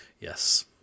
Yes